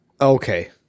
Okay